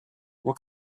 what